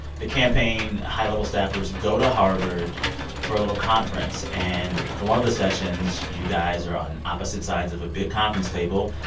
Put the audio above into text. the campaign high-level staffers go to harvard for a little conference. and for one of the sessions, you guys are on opposite sides of a big conference table,